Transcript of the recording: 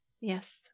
Yes